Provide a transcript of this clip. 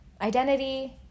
identity